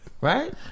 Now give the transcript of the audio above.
Right